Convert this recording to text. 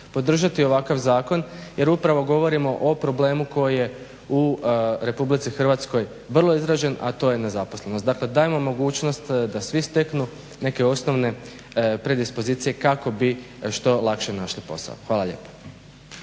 podržati ovakav zakon jer upravo govorimo o problemu koji je u RH vrlo izražen, a to je nezaposlenost. Dakle, dajmo mogućnost da svi steknu neke osnovne predispozicije kako bi što lakše našli posao. Hvala lijepa.